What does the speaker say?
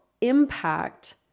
impact